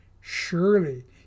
Surely